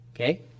Okay